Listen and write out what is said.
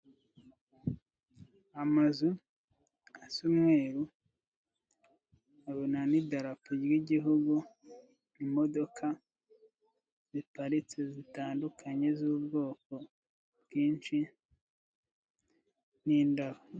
Amazu asa umweru, nkabona n'idarapo ry'igihugu, imodoka ziparitse zitandukanye z'ubwoko bwinshi n'indabo.